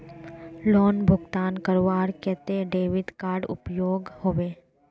Loan भुगतान करवार केते डेबिट कार्ड उपयोग होबे?